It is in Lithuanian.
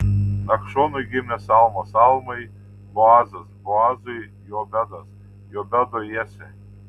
nachšonui gimė salma salmai boazas boazui jobedas jobedui jesė